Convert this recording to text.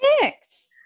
six